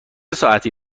ساعتی